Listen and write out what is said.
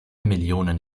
millionen